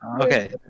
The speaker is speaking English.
Okay